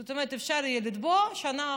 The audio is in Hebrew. זאת אומרת, אפשר יהיה לתבוע שנה אחורה.